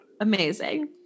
Amazing